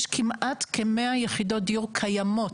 כמעט כ-100,000 יחידות דיור קיימות.